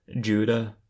Judah